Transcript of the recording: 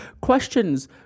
questions